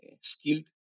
skilled